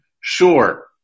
sure